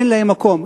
אין להם מקום.